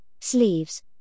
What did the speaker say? sleeves